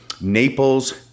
Naples